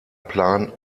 plan